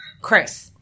Chris